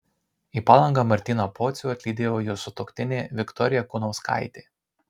į palangą martyną pocių atlydėjo jo sutuoktinė viktorija kunauskaitė